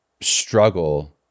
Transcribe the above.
struggle